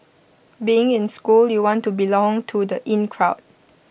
being in school you want to belong to the in crowd